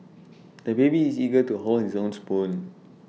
the baby is eager to hold his own spoon